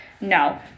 no